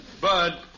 Bud